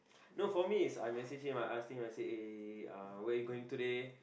no for me is I message him ah I ask him eh I asked him hey where you going today